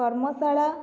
କର୍ମଶାଳା